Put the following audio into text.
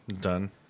done